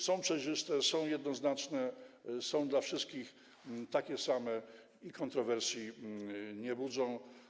Są przejrzyste, są jednoznaczne, są dla wszystkich takie same i kontrowersji nie budzą.